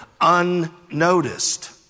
unnoticed